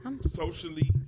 socially